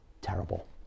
terrible